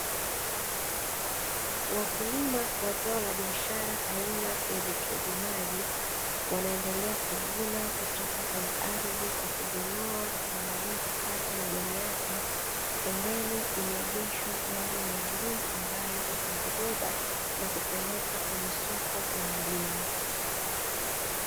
Wakulima wa zao la biashara, aina ya vitunguu maji wanaendelea kuvuna kutoka ardhini, kwa kuving'oa na baadae kukata majani yake. Pembeni limeegeshwa gari maalum, ambalo litavibeba na kuvipeleka soko la mjini.